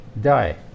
die